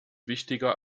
wichtiger